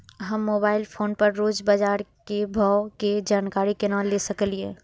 हम mobile phone पर रोज बाजार के भाव के जानकारी केना ले सकलिये?